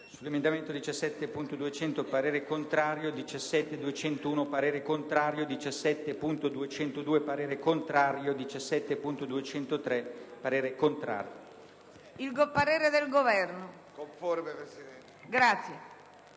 Il parere del Governo